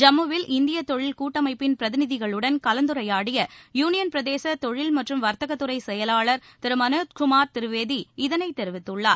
ஜம்முவில் இந்திய தொழில் கூட்டமைப்பின் பிரதிநிதிகளுடன் கலந்துரையாடிய யூளியன் பிரதேச தொழில் மற்றும் வர்த்தகத்துறை செயவாளர் திரு மனோஜ்குமார் திரிவேதி இதனைத் தெரிவித்துள்ளார்